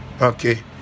okay